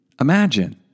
Imagine